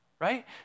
right